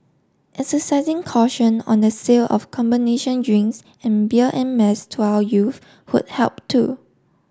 exercising caution on the sale of combination drinks and beer en mass to our youth would help too